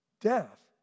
Death